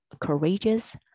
courageous